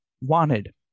Wanted